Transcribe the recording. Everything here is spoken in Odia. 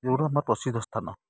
ଯେଉଁଟା ଆମର ପ୍ରସିଦ୍ଧ ସ୍ଥାନ